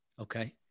Okay